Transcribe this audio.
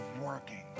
working